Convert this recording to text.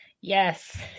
Yes